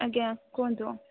ଆଜ୍ଞା କୁହନ୍ତୁ